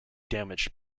damaged